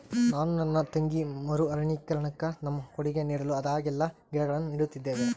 ನಾನು ನನ್ನ ತಂಗಿ ಮರು ಅರಣ್ಯೀಕರಣುಕ್ಕ ನಮ್ಮ ಕೊಡುಗೆ ನೀಡಲು ಆದಾಗೆಲ್ಲ ಗಿಡಗಳನ್ನು ನೀಡುತ್ತಿದ್ದೇವೆ